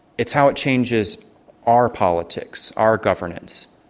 it's how it changes our politics, our governance.